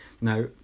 Now